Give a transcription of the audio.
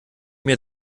mir